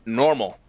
normal